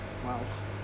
!wow!